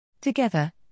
Together